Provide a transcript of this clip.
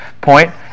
point